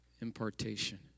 impartation